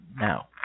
Now